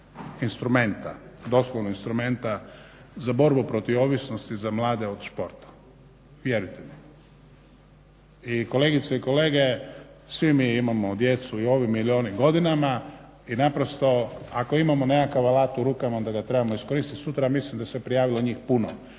instrumenta, doslovno instrumenta za borbu protiv ovisnosti za mlade od športa, vjerujete mi. I kolegice i kolege svi mi imao djecu u ovim ili onim godinama i naprosto ako imamo nekakav alat u rukama onda ga trebamo iskoristi. Sutra ja mislim da se prijavilo njih puno